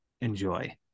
enjoy